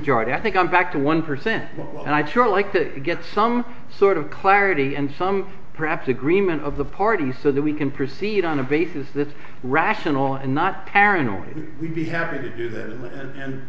right i think i'm back to one percent and i try to like to get some sort of clarity and some perhaps agreement of the parties so that we can proceed on a basis that is rational and not paranoid we'd be happy to do that and